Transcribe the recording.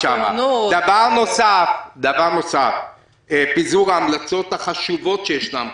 --- דבר נוסף: פיזור ההמלצות החשובות שישנן כאן,